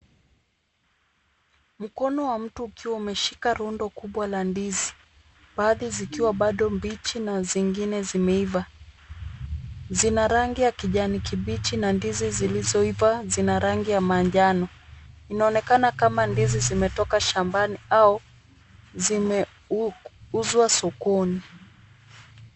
Mkono mmoja wa mtu ukiwa umeshika rundo kubwa la ndizi. Baadhi zikiwa bado mbichi na zingine zimeiva. Zina rangi ya kijani kibichi na ndizi zilizoiva zina rangi ya manjano. Inaonekana zimetoka shambani au zimeuzwa sokoni.